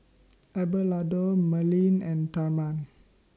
Abelardo Melanie and Therman